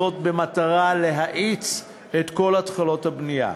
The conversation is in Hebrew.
במטרה להאיץ את כל התחלות הבנייה,